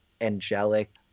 angelic